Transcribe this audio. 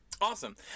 Awesome